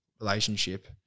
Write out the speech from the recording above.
relationship